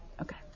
Okay